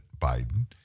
Biden